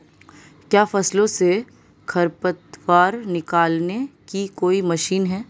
क्या फसलों से खरपतवार निकालने की कोई मशीन है?